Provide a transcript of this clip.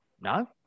No